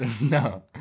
no